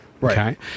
Right